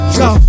go